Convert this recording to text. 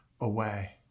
away